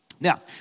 Now